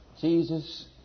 Jesus